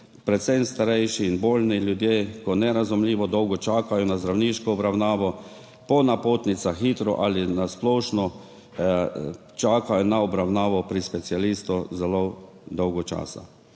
Predvsem starejši in bolni ljudje nerazumljivo dolgo čakajo na zdravniško obravnavo po napotnicah hitro ali na splošno čakajo na obravnavo pri specialistu zelo dolgo časa.